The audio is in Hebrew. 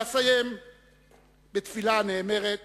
אסיים בתפילה הנאמרת